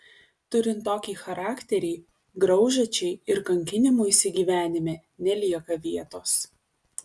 turint tokį charakterį graužačiai ir kankinimuisi gyvenime nelieka vietos